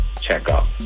checkup